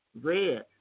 red